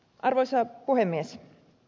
arvoisa puhemies